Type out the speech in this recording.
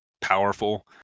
powerful